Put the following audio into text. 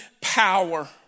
power